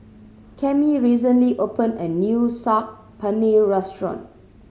Cammie recently opened a new Saag Paneer Restaurant